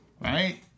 right